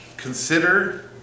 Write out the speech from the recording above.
Consider